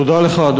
תודה לך.